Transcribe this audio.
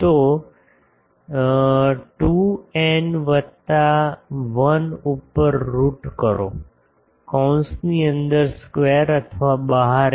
તો 2 એન વત્તા 1 ઉપર રુટ કરો કૌંસ ની અંદર સ્કવેર અથવા બહાર f